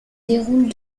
déroule